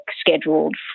scheduled